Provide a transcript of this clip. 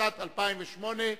התשס"ט 2008,